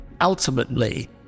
Ultimately